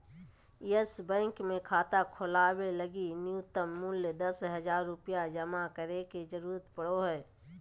yes bank मे खाता खोलवावे लगी नुय्तम मूल्य दस हज़ार रुपया जमा करे के जरूरत पड़ो हय